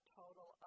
total